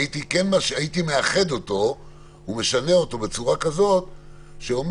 אני הייתי מאחד אותו ומשנה אותו בצורה כזו שאומר